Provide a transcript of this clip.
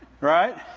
right